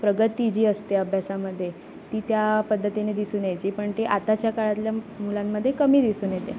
प्रगती जी असते अभ्यासामध्ये ती त्या पद्धतीने दिसून यायची पण ती आताच्या काळातल्या मुलांमध्ये कमी दिसून येते